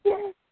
Yes